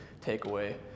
takeaway